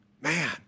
man